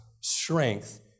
strength